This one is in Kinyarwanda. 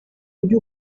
ujye